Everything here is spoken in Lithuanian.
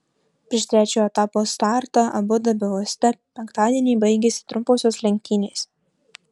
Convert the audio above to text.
prieš trečiojo etapo startą abu dabio uoste penktadienį baigėsi trumposios lenktynės